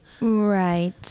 right